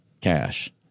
cash